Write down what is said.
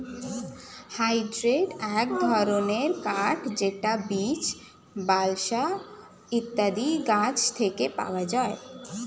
hardwood এক ধরনের কাঠ যেটা বীচ, বালসা ইত্যাদি গাছ থেকে পাওয়া যায়